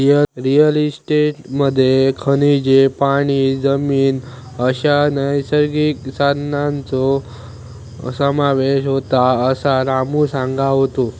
real इस्टेटमध्ये खनिजे, पाणी, जमीन अश्या नैसर्गिक संसाधनांचो समावेश होता, असा रामू सांगा होतो